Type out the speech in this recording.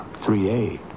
3A